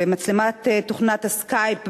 במצלמת תוכנת ה"סקייפ",